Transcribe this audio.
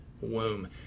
womb